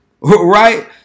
right